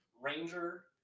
Ranger